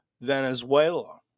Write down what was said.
Venezuela